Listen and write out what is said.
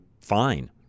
fine